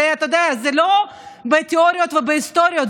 זה לא בתיאוריה ובהיסטוריה,